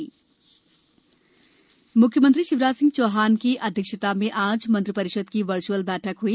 cabinet बैठक मुख्यमंत्री शिवराज सिंह चौहान की अध्यक्षता में आज मंत्रि परिषद की वर्च्अल बैठक हई